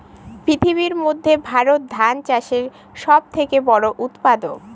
পৃথিবীর মধ্যে ভারত ধান চাষের সব থেকে বড়ো উৎপাদক